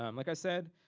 um like i said,